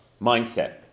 mindset